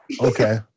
Okay